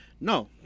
No